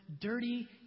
dirty